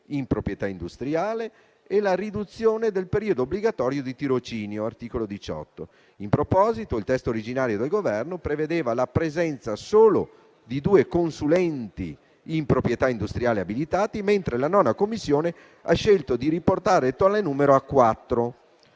In proposito, il testo originale del Governo prevedeva la presenza solo di due consulenti in proprietà industriale abilitati, mentre la 9a Commissione ha scelto di riportare tale numero a